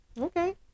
okay